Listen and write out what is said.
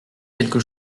quelque